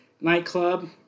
nightclub